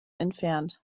entfernt